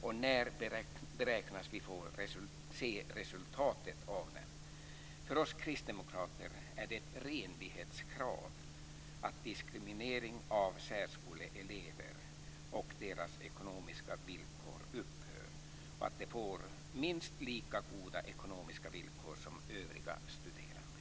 När beräknas vi få se resultatet av den? För oss kristdemokrater är det ett renlighetskrav att diskriminering av särskoleelever och deras ekonomiska villkor upphör och att de får minst lika goda ekonomiska villkor som övriga studerande.